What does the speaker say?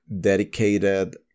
dedicated